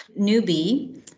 newbie